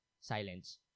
silence